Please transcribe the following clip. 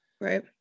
Right